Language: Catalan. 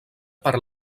per